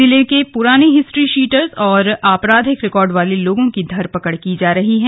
जिले के पुराने हिस्ट्रीशीटरों और आपराधिक रिकॉर्ड वाले लोगों की धरपकड़ की जा रही है